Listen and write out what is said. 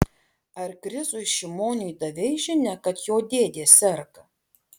ar krizui šimoniui davei žinią kad jo dėdė serga